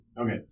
Okay